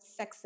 sexist